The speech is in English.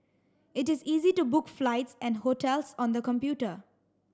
it is easy to book flights and hotels on the computer